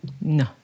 No